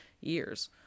years